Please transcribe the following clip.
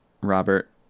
robert